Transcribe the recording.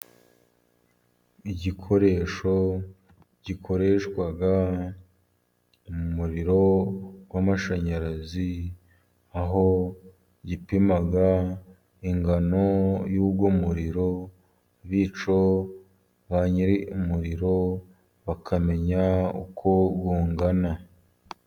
Igikoresho gikoreshwa mumumuriro w'amashanyarazi. Aho gipima ingano y'uwo muriro bityo ba nyiri umuriro bakamenya uko ungana.